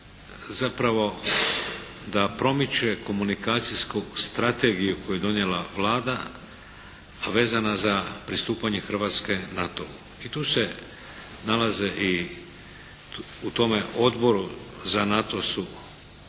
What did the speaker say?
zapravo da promiče komunikacijsku strategiju koju je donijela Vlada, vezana za pristupanje Hrvatske NATO-u. I tu se nalaze i u tome Odboru za NATO su